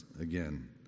again